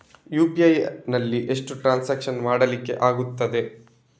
UPI ನಲ್ಲಿ ಎಷ್ಟು transaction ಮಾಡ್ಲಿಕ್ಕೆ ಆಗ್ತದೆ?